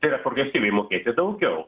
tai yra progresyviai mokėti daugiau